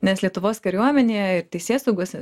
nes lietuvos kariuomenė ir teisėsaugos